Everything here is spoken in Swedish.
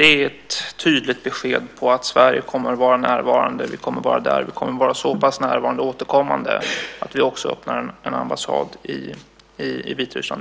är ett tydligt besked om att Sverige kommer att vara närvarande. Vi kommer att vara där. Vi kommer att vara så pass närvarande återkommande att vi också öppnar en ambassad i Vitryssland.